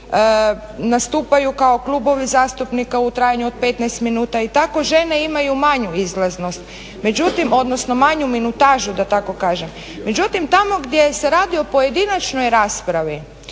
nastupaju kao klubovi zastupnika u trajanju od 15 minuta i tako žene imaju manju izlaznost, odnosno manju minutažu da tako kažem. Međutim, tamo gdje se radi o pojedinačnoj raspravi